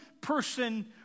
person